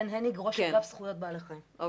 ראש אגף זכויות בעלי חיים רוצה לדבר.